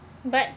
but